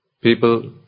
People